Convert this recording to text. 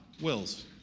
wills